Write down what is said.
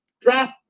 Draft